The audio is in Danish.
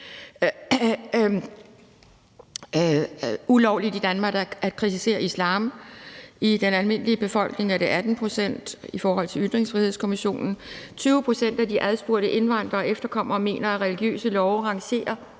ulovligt i Danmark at kritisere islam. I den almindelige befolkning er det 18 pct. ifølge Ytringsfrihedskommissionen. 20 pct. af de adspurgte indvandrere og efterkommere mener, at religiøse love rangerer